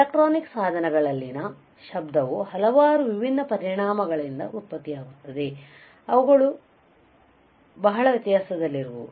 electronic ಸಾಧನಗಳಲ್ಲಿನ ಶಬ್ದವು ಹಲವಾರು ವಿಭಿನ್ನ ಪರಿಣಾಮಗಳಿಂದ ಉತ್ಪತ್ತಿಯಾಗುವುದರಿಂದ ಅದು ಬಹಳ ವ್ಯತ್ಯಾಸಗಳಲ್ಲಿರುವುದು